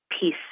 peace